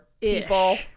people